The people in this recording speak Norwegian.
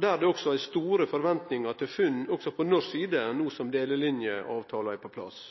der det også er store forventningar til funn, også på norsk side no som delelinjeavtala er på plass.